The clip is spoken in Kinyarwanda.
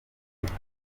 buryo